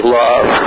love